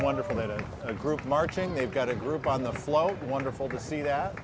wonderful little group marching they've got a group on the float wonderful to see that